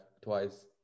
twice